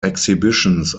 exhibitions